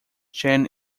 chain